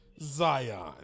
Zion